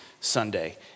Sunday